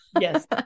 Yes